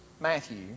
Matthew